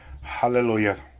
Hallelujah